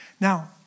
Now